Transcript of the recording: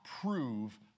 prove